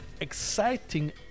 exciting